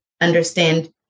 understand